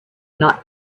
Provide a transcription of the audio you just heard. not